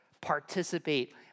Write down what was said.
participate